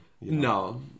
No